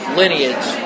lineage